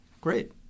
great